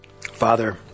Father